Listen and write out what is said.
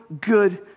good